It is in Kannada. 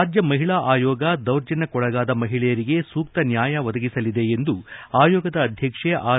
ರಾಜ್ಯ ಮಹಿಳಾ ಆಯೋಗ ದೌರ್ಜನ್ಯಕ್ಕೊಳಗಾದ ಮಹಿಳೆಯರಿಗೆ ಸೂಕ್ತ ನ್ಯಾಯ ಒದಗಿಸಲಿದೆ ಎಂದು ಆಯೋಗದ ಅಧ್ಯಕ್ಷೆ ಆರ್